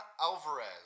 Alvarez